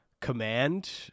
command